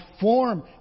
form